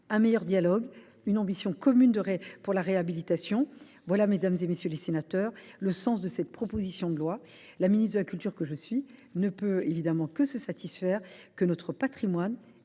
un meilleur dialogue et une ambition commune pour la réhabilitation : voilà, mesdames, messieurs les sénateurs, le sens de cette proposition de loi. La ministre de la culture que je suis ne peut que se satisfaire de constater